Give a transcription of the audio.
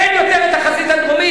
אין יותר החזית הדרומית?